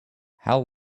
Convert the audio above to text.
how